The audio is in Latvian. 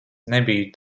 nebiju